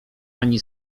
ani